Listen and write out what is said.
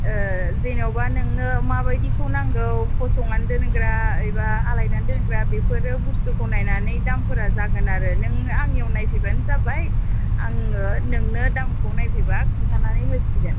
जेन'बा नोंनो माबायदिखौ नांगौ फसंनानै दोनग्रा एबा आलायनानै दोनग्रा बेफोरो बुस्थुखौ नायनानै दामफोरा जागोन आरो नों आंनियाव नायफैबानो जाबाय आङो नोंनो दामखौ नायफैबा खिन्थानानै होसिगोन